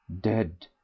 dead